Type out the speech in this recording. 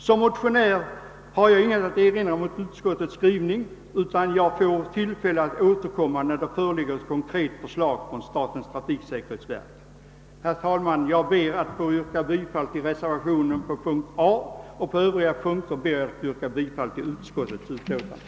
Som motionär har jag inget att erinra mot utskottets skrivning, utan får tillfälle att återkomma när det föreligger ett konkret förslag från statens trafiksäkerhetsverk. Herr talman! Jag ber att få yrka bifall till reservationen I vid A i utskottets hemställan. På övriga punkter ber jag att få yrka bifall till utskottets hemställan.